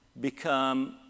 become